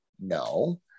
No